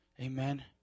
Amen